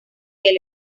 del